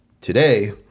today